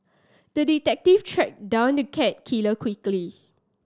the detective tracked down the cat killer quickly